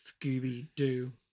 Scooby-Doo